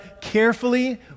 carefully